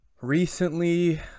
recently